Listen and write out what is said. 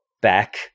back